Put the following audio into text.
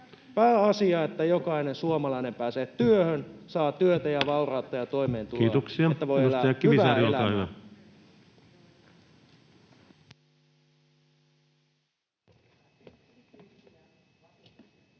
Pääasia, että jokainen suomalainen pääsee työhön, saa työtä ja vaurautta